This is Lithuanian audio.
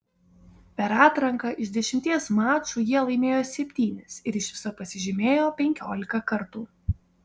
per atranką iš dešimties mačų jie laimėjo septynis ir iš viso pasižymėjo penkiolika kartų